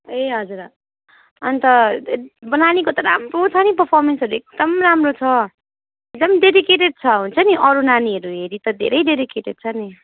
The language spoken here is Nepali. ए हजुर अँ अन्त नानीको त राम्रो छ नि परफोर्मेन्सहरू एकदम राम्रो छ एकदम डेडिकेटेट छ हुन्छ नि अरू नानीहरू हेरी त धेरै डेडिकेटेट छ नि